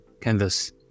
Canvas